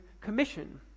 commission